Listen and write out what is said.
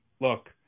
Look